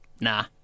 nah